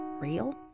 real